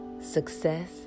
success